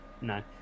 No